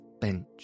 bench